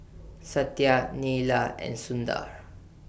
Satya Neila and Sundar